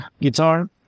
guitar